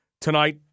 tonight